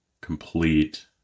complete